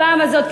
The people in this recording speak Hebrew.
הפעם הזאת,